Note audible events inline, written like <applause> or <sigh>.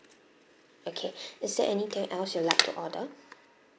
okay <breath> is there anything else you like to order